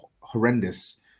horrendous